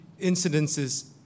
incidences